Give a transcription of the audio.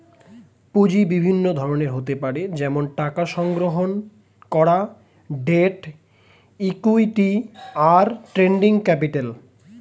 পুঁজি বিভিন্ন ধরনের হতে পারে যেমন টাকা সংগ্রহণ করা, ডেট, ইক্যুইটি, আর ট্রেডিং ক্যাপিটাল